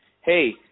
hey